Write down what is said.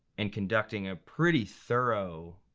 and conducting a pretty thorough